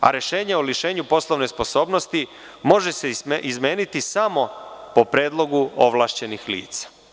a rešenje o lišenju poslovne sposobnosti može se izmeniti samo po predlogu ovlašćenih lica.